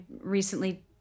recently